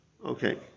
Okay